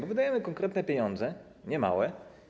Bo wydajemy konkretne pieniądze, niemałe.